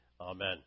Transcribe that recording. Amen